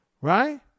Right